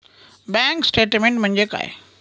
Bank statement म्हणजे काय?